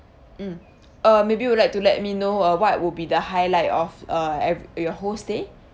mm uh maybe would like to let me know uh what would be the highlight of uh of your whole stay